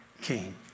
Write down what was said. king